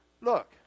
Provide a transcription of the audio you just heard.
Look